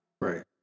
Right